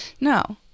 no